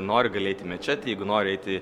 nori gali eiti į mečetę jeigu nori eiti